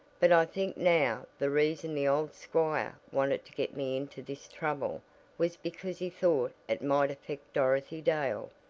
but i think now the reason the old squire wanted to get me into this trouble was because he thought it might affect dorothy dale,